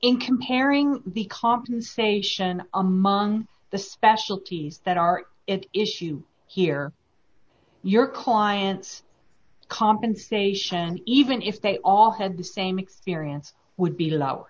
in comparing the compensation among the specialties that are issue here your clients compensation even if they all had the same experience would be